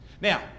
now